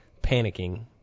panicking